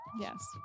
Yes